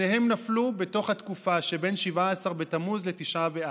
שניהם נפלו בתוך התקופה שבין 17 בתמוז לתשעה באב,